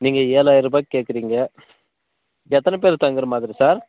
நீங்கள் ஏழாயிர ரூபாய்க்கு கேட்குறீங்க எத்தனை பேர் தங்குகிறமாதிரி சார்